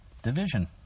Division